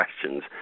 questions